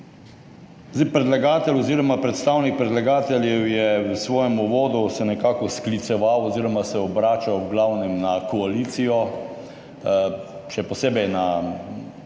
Predlagatelj oziroma predstavnik predlagateljev se je v svojem uvodu nekako skliceval oziroma se obrača v glavnem na koalicijo, še posebej na Gibanje